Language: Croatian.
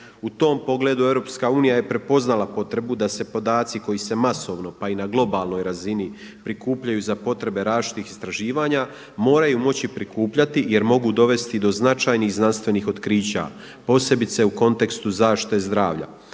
U tom pogledu EU je prepoznala potrebu da se podaci koji se masovno pa i na globalnoj razini prikupljaju za potrebe različitih istraživanja moraju moći prikupljati jer mogu dovesti do značajnih znanstvenih otkrića posebice u kontekstu zaštite zdravlja.